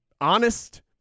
honest